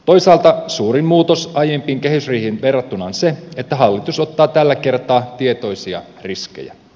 toisaalta suurin muutos aiempiin kehysriihiin verrattuna on se että hallitus ottaa tällä kertaa tietoisia riskejä